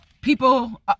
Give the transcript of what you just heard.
people